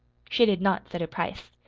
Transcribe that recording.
she did not set a price.